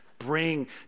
bring